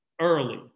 early